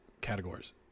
categories